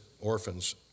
orphans